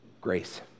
Grace